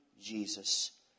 Jesus